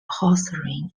hawthorne